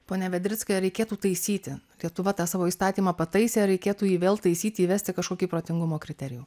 pone vedrickai ar reikėtų taisyti lietuva tą savo įstatymą pataisė reikėtų jį vėl taisyti įvesti kažkokį protingumo kriterijų